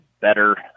better